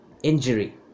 injury